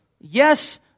Yes